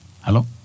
Hello